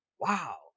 Wow